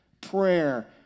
Prayer